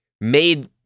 made